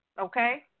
okay